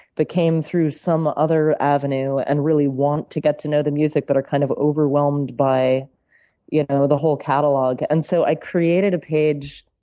but came through some other avenue and really want to get to know the music, but are kind of overwhelmed by you know the whole catalogue. and so i created a page